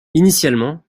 initialement